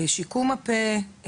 שיקום הפה,